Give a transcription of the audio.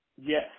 Yes